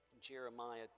Jeremiah